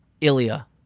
Ilya